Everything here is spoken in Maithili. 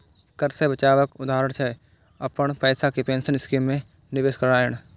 कर सं बचावक उदाहरण छियै, अपन पैसा कें पेंशन स्कीम मे निवेश करनाय